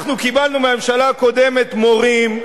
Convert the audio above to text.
אנחנו קיבלנו מהממשלה הקודמת מורים,